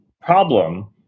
problem